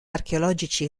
archeologici